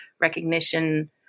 recognition